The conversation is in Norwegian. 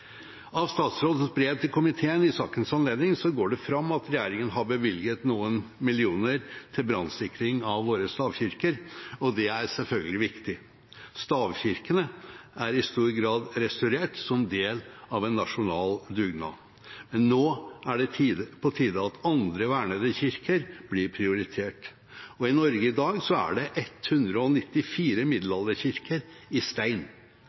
Av statsrådens brev til komiteen i sakens anledning går det fram at regjeringen har bevilget noen millioner til brannsikring av våre stavkirker – og det er selvfølgelig viktig. Stavkirkene er i stor grad restaurert som del av en nasjonal dugnad. Men nå er det på tide at andre vernede kirker blir prioritert. I Norge er det i dag 194 middelalderkirker i stein. 22 av disse er i mitt eget fylke, Vestfold. I regelen er det